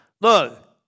Look